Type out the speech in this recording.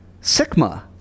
Sigma